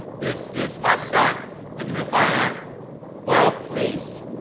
this is my son in whom i am well pleased.